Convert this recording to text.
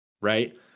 right